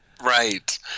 Right